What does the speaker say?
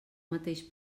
mateix